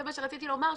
זה מה שרציתי לומר,